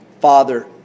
Father